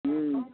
हम्म